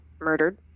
murdered